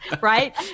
right